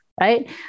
right